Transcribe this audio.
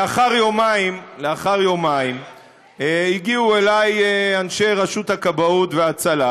לאחר יומיים הגיעו אלי אנשי רשות הכבאות וההצלה,